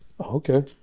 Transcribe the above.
okay